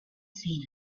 seen